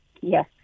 Yes